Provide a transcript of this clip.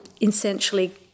essentially